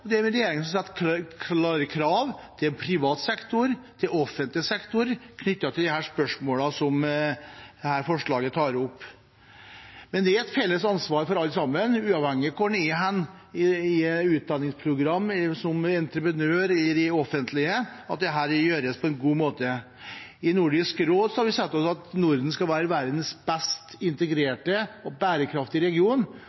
Det er en regjering som setter seg mål, og det er en regjering som setter klare krav til privat sektor og til offentlig sektor knyttet til de spørsmålene som dette forslaget tar opp. Det er et felles ansvar for alle sammen, uavhengig av hvor hen en er, f.eks. i utdanningsprogram eller som entreprenør i det offentlige, at dette gjøres på en god måte. I Nordisk råd har vi sagt at Norden skal være verdens